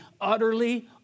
utterly